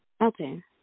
Okay